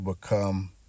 become